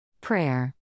Prayer